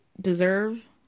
deserve